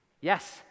Yes